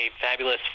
fabulous